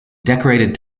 decorated